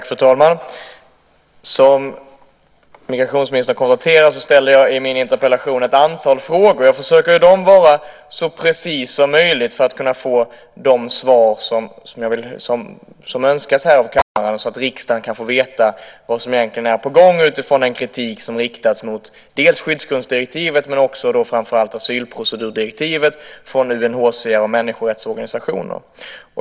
Fru talman! Som migrationsministern konstaterade ställde jag i min interpellation ett antal frågor. Jag försöker i dem vara så precis som möjligt för att kunna få de svar som önskas av kammaren så att riksdagen kan få veta vad som egentligen är på gång med tanke på den kritik som riktas mot skyddsgrundsdirektivet men framför allt asylprocedurdirektivet från UNHCR och människorättsorganisationer.